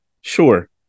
sure